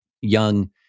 young